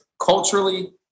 Culturally